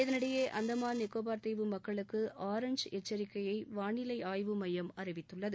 இதளிடையே அந்தமான் நிக்கோபார் தீவு மக்களுக்கு ஆரஞ்சு எச்சிக்கையை வானிலை ஆய்வு மையம் அறிவித்துள்ளது